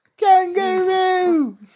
Kangaroo